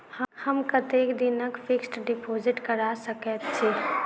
हम कतेक दिनक फिक्स्ड डिपोजिट करा सकैत छी?